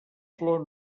flor